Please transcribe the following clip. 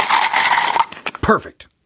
Perfect